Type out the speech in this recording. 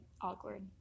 awkward